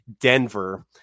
Denver